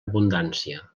abundància